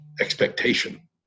expectation